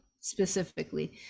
specifically